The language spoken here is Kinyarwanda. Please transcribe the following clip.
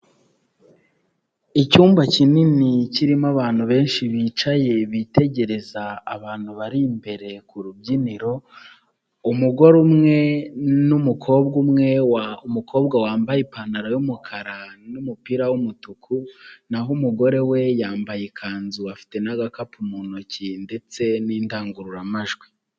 Icyumba kinini kirimo abantu benshi bicaye bitegereza abantu bari imbere ku rubyiniro, umugore umwe n'umukobwa umwe, umukobwa wambaye ipantaro y'umukara n'umupira w'umutuku naho umugore we yambaye ikanzu afite n'agakapu mu ntoki ndetse n'indangururamajwi.